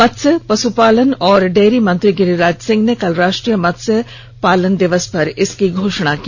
मत्स्य पश्पालन और डेयरी मंत्री गिरिराज सिंह ने कल राष्ट्रीय मत्स्य पालन दिवस पर इसकी घोषणा की